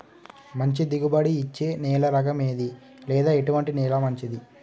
మంచి దిగుబడి ఇచ్చే నేల రకం ఏది లేదా ఎటువంటి నేల మంచిది?